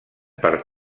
per